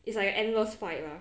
it's like a animals fight lah